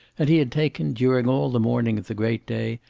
and he had taken, during all the morning of the great day,